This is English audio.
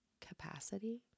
Capacity